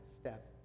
step